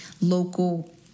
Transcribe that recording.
local